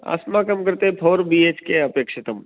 अस्माकं कृते four B H K अपेक्षितं